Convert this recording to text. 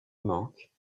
manque